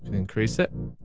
and increase it.